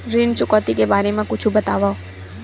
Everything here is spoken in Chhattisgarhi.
ऋण चुकौती के बारे मा कुछु बतावव?